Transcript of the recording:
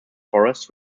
forest